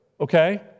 okay